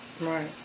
Right